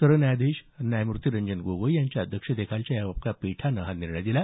सरन्यायाधीश न्यायमूर्ती रंजन गोगोई यांच्या अध्यक्षतेखालच्या एका खंडपीठाने हा निर्णय दिला